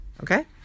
Okay